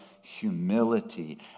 Humility